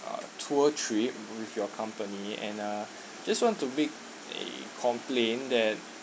uh tour trip with your company and uh just want to make a complaint that